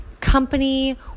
company